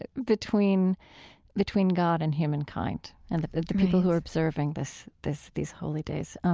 ah between between god and humankind and that the people who are observing this this these holy days um